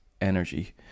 energy